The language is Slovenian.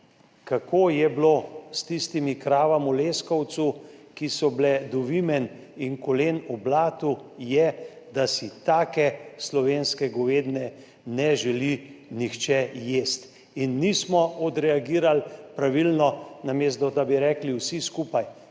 kako je bilo s tistimi kravami v Leskovcu, ki so bile do vimen in kolen v blatu, je, da si take slovenske govedine ne želi nihče jesti. In nismo odreagirali pravilno. Namesto da bi rekli vsi skupaj,